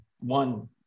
one